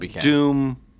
Doom